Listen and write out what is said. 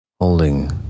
holding